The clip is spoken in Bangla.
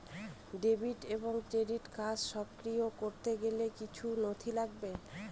ডেবিট এবং ক্রেডিট কার্ড সক্রিয় করতে গেলে কিছু নথি লাগবে?